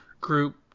group